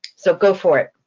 so go for it.